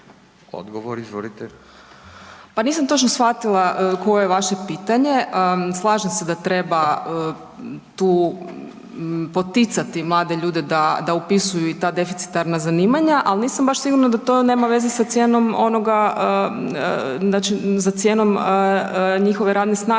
Pa nisam točno shvatila koje je vaše pitanje, slažem se da treba tu poticati mlade ljude da upisuju i ta deficitarna zanimanja, ali nisam baš sigurna da to nema veze sa cijenom njihove radne snage